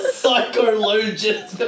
psychologist